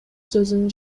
сөзүн